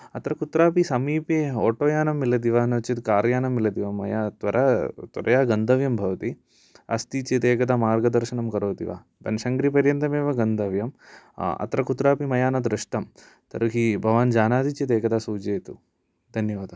अत्र कुत्रापि समीपे आटो यानं मिलति वा नोचेत् कार् यानं मिलति वा मया त्वरया गन्तव्यं भवति अस्ति चेत् एकदा मार्गदर्शनं करोति वा बन्शंकरि पर्यन्तमेव गन्तव्यम् अत्र कुत्रापि मया न दृष्टं तर्हि भवान् जानाति चेत् एकदा सूचयतु धन्यवादाः